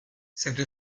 cette